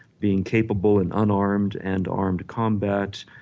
being capable in unarmed and armed combats,